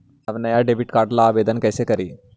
हम नया debit card लागी कईसे आवेदन करी?